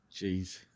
Jeez